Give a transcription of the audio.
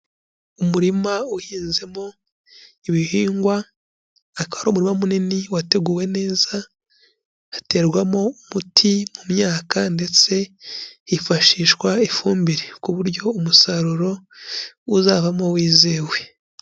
Umurima uhinzemo ibihingwa, akaba ari umurima munini wateguwe neza, haterwamo umuti mu myaka ndetse hifashishwa ifumbire ku buryo umusaruro uzavamo wizewe.